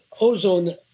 ozone